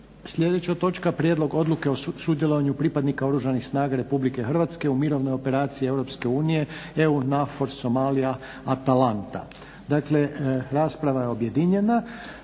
Kosovu (KFOR) - Prijedlog odluke o sudjelovanju pripadnika Oružanih snaga Republike Hrvatske u mirovnoj operaciji Europske unije "EU NAVFOR SOMALIJA – ATALANTA" Rasprava je objedinjena.